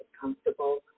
comfortable